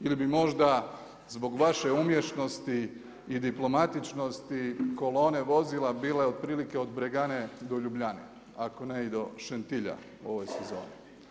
Ili bi možda zbog vaše umješnosti i diplomatičnosti, kolone vozila bile otprilike od Bregane do Ljubljane, ako ne i do Šentilja u ovoj sezoni?